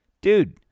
Dude